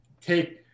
take